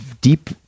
deep